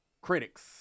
critics